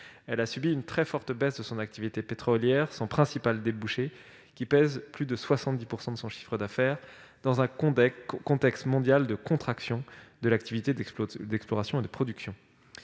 Elle a subi une très forte baisse de son activité pétrolière, son principal débouché, qui pèse plus de 70 % de son chiffre d'affaires, dans un contexte mondial de contraction de l'activité d'exploration et de production.